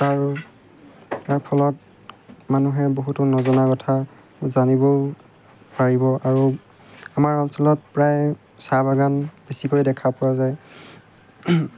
তাৰ ইয়াৰ ফলত মানুহে বহুতো নজনা কথা জানিবও পাৰিব আৰু আমাৰ অঞ্চলত প্ৰায় চাহ বাগান বেছিকৈ দেখা পোৱা যায়